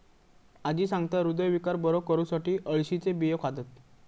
आजी सांगता, हृदयविकार बरो करुसाठी अळशीचे बियो खातत